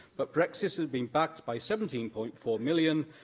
but brexit had been backed by seventeen point four million,